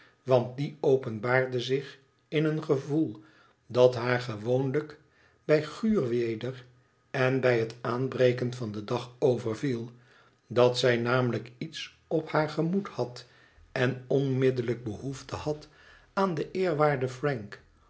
want die openbaarde zich in een gevoel dat haar gewoonlijk bij guur weder en bij het aanbreken van den dag overviel dat zij namelijk iets op haar gemoed had en onmiddellijk behoefte had aan den eerwaarden frank